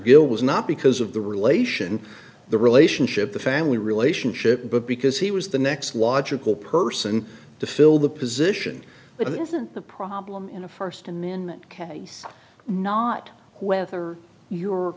was not because of the relation the relationship the family relationship but because he was the next logical person to fill the position but it isn't the problem in a first amendment case not whether you